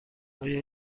آیا